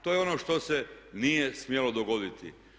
To je ono što se nije smjelo dogoditi.